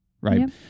Right